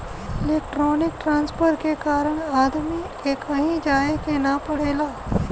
electronic transfer के कारण आदमी के कहीं जाये के ना पड़ेला